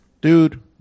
Dude